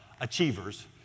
achievers